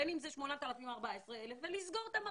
בין אם זה 8,000 או 14,000 ולסגור את המחנות.